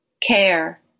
Care